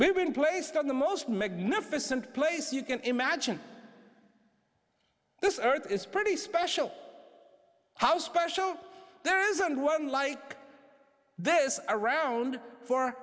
we've been placed on the most magnificent place you can imagine this earth is pretty special how special there isn't one like this around for